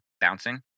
bouncing